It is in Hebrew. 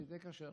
שזה יהיה כשר.